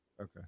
Okay